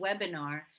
webinar